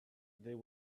there